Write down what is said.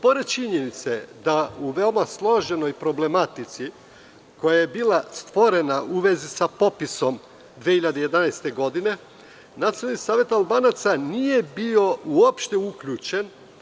Pored činjenice da u veoma složenoj problematici, koja je bila stvorena u vezi sa popisom 2011. godine, Nacionalni savet Albanaca nije bio uopšte uključen.